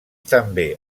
també